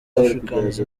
africans